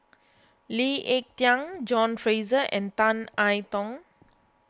Lee Ek Tieng John Fraser and Tan I Tong